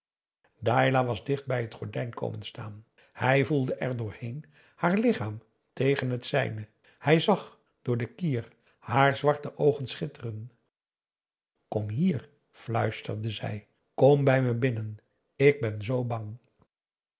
dailah was dicht bij het gordijn komen staan hij voelde erdoor heen haar lichaam tegen het zijne hij zag door den kier haar zwarte oogen schitteren kom hier fluisterde zij kom bij me binnen ik ben zoo bang